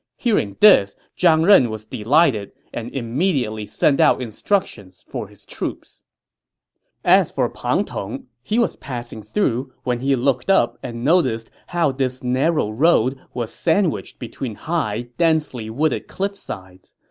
hearing this, zhang ren was delighted and immediately sent out instructions for his troops as for pang tong, he was passing through when he looked up and noticed how narrow road was sandwiched between high, densely wooded cliffsides.